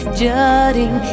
jutting